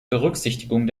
berücksichtigung